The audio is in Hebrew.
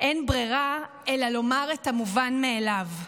אין ברירה אלא לומר את המובן מאליו: